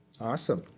awesome